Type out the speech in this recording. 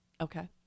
Okay